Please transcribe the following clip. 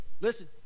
Listen